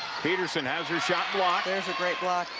petersen has her shot block a great block